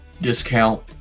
discount